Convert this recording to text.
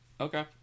okay